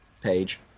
page